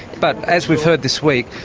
but as we've heard this week,